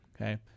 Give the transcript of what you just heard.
Okay